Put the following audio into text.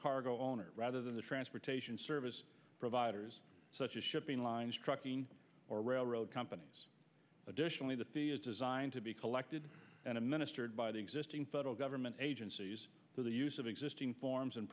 cargo owner rather than the transportation service providers such as shipping lines trucking or railroad companies additionally the fee is designed to be collected and administered by the existing federal government agencies for the use of existing forms and